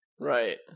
Right